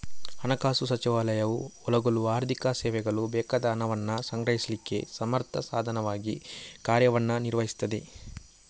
ಹಣಕಾಸು ಸಚಿವಾಲಯ ಒಳಗೊಳ್ಳುವ ಆರ್ಥಿಕ ಸೇವೆಗಳು ಬೇಕಾದ ಹಣವನ್ನ ಸಂಗ್ರಹಿಸ್ಲಿಕ್ಕೆ ಸಮರ್ಥ ಸಾಧನವಾಗಿ ಕಾರ್ಯವನ್ನ ನಿರ್ವಹಿಸ್ತದೆ